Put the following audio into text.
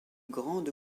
grande